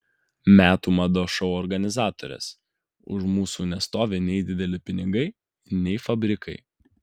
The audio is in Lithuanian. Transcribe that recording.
metų mados šou organizatorės už mūsų nestovi nei dideli pinigai nei fabrikai